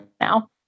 now